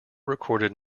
recorded